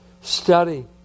Study